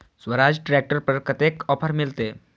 Swaraj tractor पर कतेक offer मिलते?